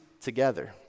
together